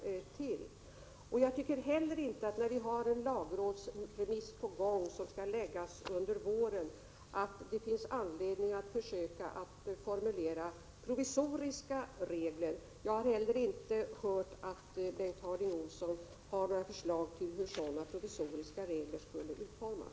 25 februari 1988 När vi har en lagrådsremiss på gång som skall läggas fram under våren ” tycker jag inte att det finns anledning att försöka formulera några provisorisom £ ENS ge ö Eg : i försöksutskrivningar ka regler. Jag har inte heller hört att Bengt Harding Olson har några förslag : å av psykiskt störda lagpå hur sådana regler skulle utformas.